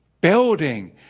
building